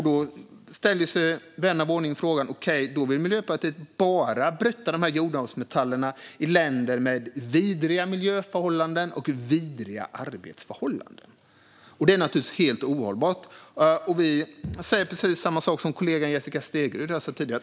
Då säger sig vän av ordning: Då vill Miljöpartiet bara bryta jordartsmetallerna i länder med vidriga miljöförhållanden och vidriga arbetsförhållanden. Det är naturligtvis helt ohållbart. Vi säger precis samma sak som kollegan Jessica Stegrud här tidigare.